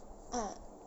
orh